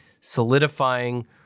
solidifying